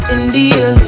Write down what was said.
India